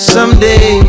Someday